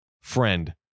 friend